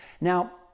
Now